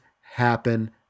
happen